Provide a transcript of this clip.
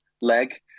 leg